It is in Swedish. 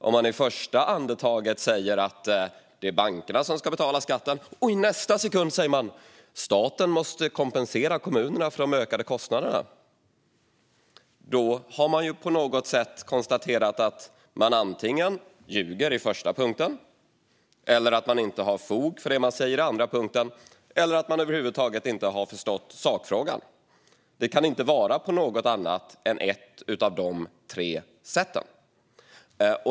Om man i första andetaget säger att det är bankerna som ska betala skatten och i nästa sekund säger att staten måste kompensera kommunerna för de ökade kostnaderna har man visat att man antingen ljuger på den första punkten, inte har fog för det man säger på den andra punkten eller över huvud taget inte har förstått sakfrågan. Det kan inte vara på något annat än ett av de tre sätten.